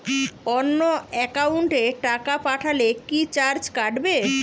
অন্য একাউন্টে টাকা পাঠালে কি চার্জ কাটবে?